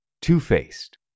Two-faced